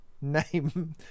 name